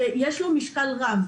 שיש לו משקל רב?